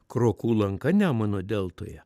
krokų lanka nemuno deltoje